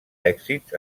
èxits